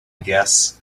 guess